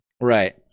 Right